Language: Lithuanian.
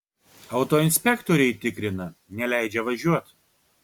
autoinspektoriai tikrina neleidžia važiuot